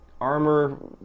armor